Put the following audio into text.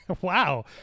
Wow